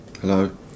Hello